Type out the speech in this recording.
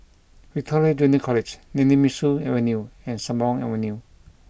Victoria Junior College Nemesu Avenue and Sembawang Avenue